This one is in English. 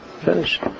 Finish